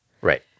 Right